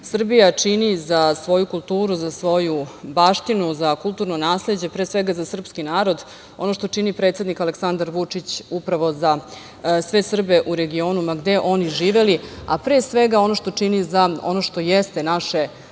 Srbija čini za svoju kulturu, za svoju baštinu, za kulturno nasleđe, pre svega za srpski narod. Ono što čini predsednik Aleksandar Vučić upravo za sve Srbe u regionu, ma gde oni živeli, a pre svega ono što čini, odnosno ono što jeste naše